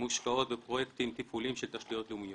מושקעות בפרויקטים תפעוליים של תשתיות לאומיות.